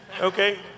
Okay